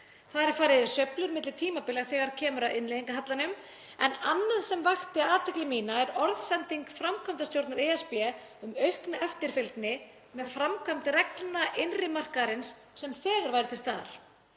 Þar er farið yfir sveiflur milli tímabila þegar kemur að innleiðingarhallanum, en annað sem vakti athygli mína er orðsending framkvæmdastjórnar ESB um aukna eftirfylgni með framkvæmd reglna innri markaðarins sem þegar væru til staðar.